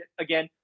Again